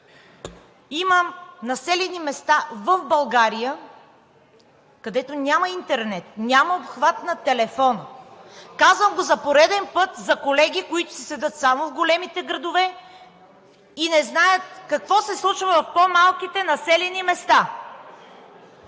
има населени места в България, където няма интернет, няма обхват на телефона. Казвам го за пореден път за колеги, които си седят само в големите градове и не знаят какво се случва в по-малките населени места.